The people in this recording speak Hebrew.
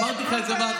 אמרתי לך את זה בהתחלה,